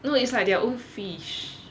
you know it's like their own fish